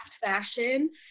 fashion